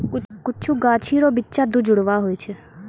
कुछु गाछी रो बिच्चा दुजुड़वा हुवै छै